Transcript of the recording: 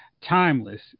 Timeless